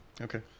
Okay